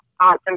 awesome